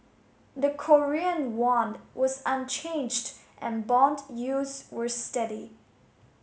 the Korean won was unchanged and bond yields were steady